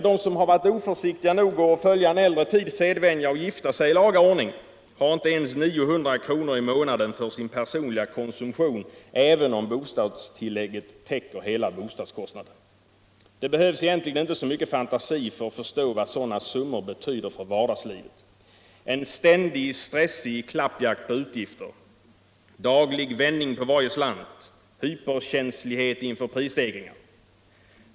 De som har varit oförsiktiga nog att följa en äldre tids sedvänja och gift sig i laga ordning har inte ens 900 kr. i månaden för sin personliga konsumtion även om bostadstillägget täcker hela bostadskostnaden. Det behövs egentligen inte så mycket fantasi för att förstå vad sådana summor betyder för vardagslivet: en ständig stressig klappjakt på utgifter, daglig vändning på varje slant, hyperkänslighet inför prisstegringar.